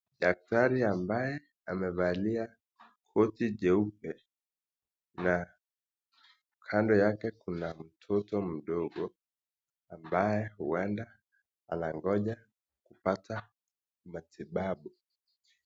Daktari ambaye amevalia koti jeupe na kando yake kuna mtoto mdogo anangoja kupata matibabu.